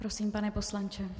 Prosím, pane poslanče.